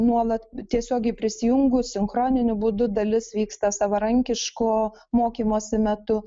nuolat tiesiogiai prisijungus sinchroniniu būdu dalis vyksta savarankiško mokymosi metu